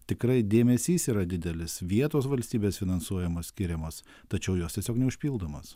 tikrai dėmesys yra didelis vietos valstybės finansuojamos skiriamos tačiau jos tiesiog neužpildomos